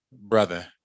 brother